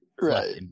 right